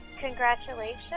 congratulations